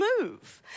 move